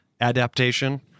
Adaptation